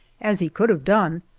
as he could have done,